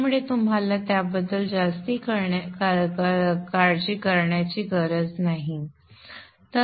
त्यामुळे तुम्हाला त्याबद्दल जास्त काळजी करण्याची गरज नाही